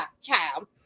child